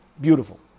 beautiful